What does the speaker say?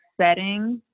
settings